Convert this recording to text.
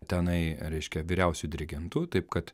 tenai reiškia vyriausiu dirigentu taip kad